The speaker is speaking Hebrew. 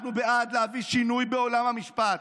אנחנו בעד להביא שינוי בעולם המשפט.